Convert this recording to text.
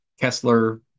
Kessler-